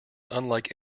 unlike